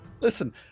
listen